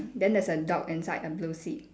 then there's a dog inside a blue seat